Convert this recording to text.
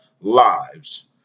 lives